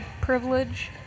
privilege